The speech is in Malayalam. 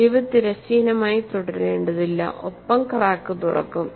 ചരിവ് തിരശ്ചീനമായി തുടരേണ്ടതില്ല ഒപ്പം ക്രാക്ക് തുറക്കും